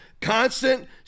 constant